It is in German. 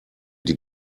die